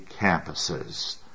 campuses